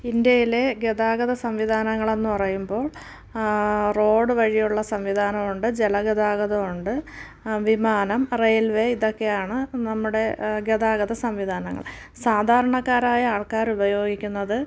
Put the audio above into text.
ഇന്ത്യയിലെ ഗതാഗത സംവിധാനങ്ങളെന്ന് പറയുമ്പോൾ റോഡ് വഴിയുള്ള സംവിധാനമുണ്ട് ജല ഗതാഗതമുണ്ട് വിമാനം റെയിൽവേ ഇതൊക്കെയാണ് നമ്മുടെ ഗതാഗത സംവിധാനങ്ങൾ സാധാരണക്കാരായ ആൾക്കാർ ഉപയോഗിക്കുന്നത്